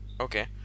Okay